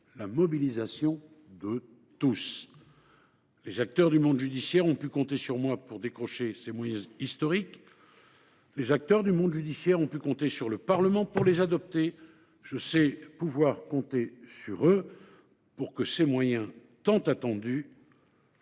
la mobilisation de tous. Les acteurs du monde judiciaire ont pu compter sur moi pour décrocher ces moyens historiques. Les acteurs du monde judiciaire ont pu compter sur le Parlement pour les adopter. Je sais pouvoir compter sur eux pour que ces moyens attendus et mérités